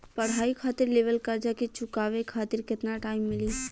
पढ़ाई खातिर लेवल कर्जा के चुकावे खातिर केतना टाइम मिली?